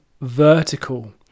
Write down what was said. vertical